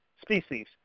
species